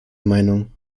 meinung